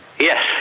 yes